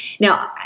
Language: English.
Now